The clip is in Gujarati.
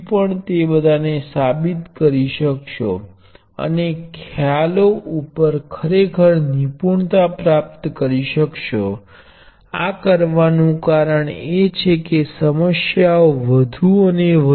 જો તમારી પાસે આદર્શ વોલ્ટેજ સ્ત્રોત છે તો આ જોડાણને મંજૂરી નથી